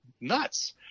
nuts